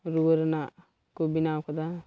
ᱨᱩᱣᱟᱹ ᱨᱮᱱᱟᱜ ᱠᱚ ᱵᱮᱱᱟᱣ ᱟᱠᱟᱫᱟ